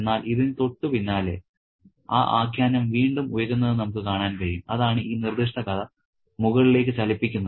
എന്നാൽ ഇതിന് തൊട്ടുപിന്നാലെ ആ ആഖ്യാനം വീണ്ടും ഉയരുന്നത് നമുക്ക് കാണാൻ കഴിയും അതാണ് ഈ നിർദ്ദിഷ്ട കഥ മുകളിലേക്ക് ചലിപ്പിക്കുന്നത്